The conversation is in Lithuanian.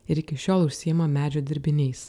ir iki šiol užsiima medžio dirbiniais